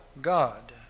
God